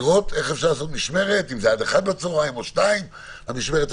הרי לא אמרתי לך באיזה צבע יהיה המנ"ד,